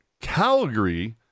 Calgary